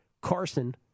Carson